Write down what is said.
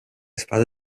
spada